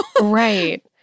Right